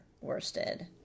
worsted